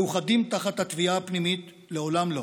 מאוחדים תחת התביעה הפנימית: לעולם לא.